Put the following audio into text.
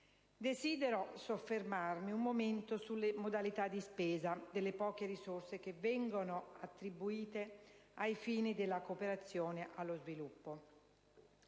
Desidero soffermarmi un momento sulle modalità di spesa delle poche risorse che vengono attribuite ai fini della cooperazione allo sviluppo.